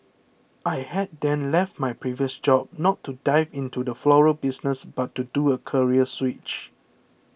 I had then left my previous job not to 'dive' into the floral business but to do a career switch